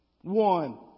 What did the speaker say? One